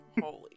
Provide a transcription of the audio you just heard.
Holy